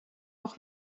noch